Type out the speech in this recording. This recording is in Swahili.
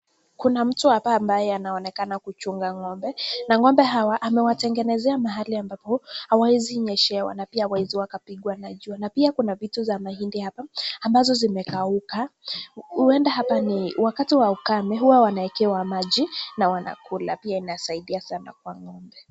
Kuna mtu hapa ambaye anaonekana kuchunga ng'ombe. Na ng'ombe hawa amewatengenezea mahali ambapo hawawezi nyeshewa na pia hawawezi wakapigwa na jua. Na pia kuna vitu za mahindi hapa ambazo zimekauka. Huenda hapa ni wakati wa ukame huwa wanawekewa maji na wanakula. Pia inasaidia sana kwa ng'ombe.